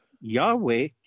Yahweh